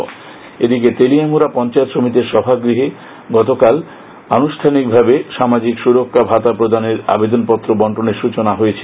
তেলিয়ামুড়া ভাতা এদিকে তেলিয়ামুড়া পঞ্চায়েত সমিতির সভাগৃহে গতকাল আনুষ্ঠানিকভাবে সামাজিক সুরক্ষা ভাতা প্রদানের আবেদনপত্র বন্টনের সৃচনা হয়েছে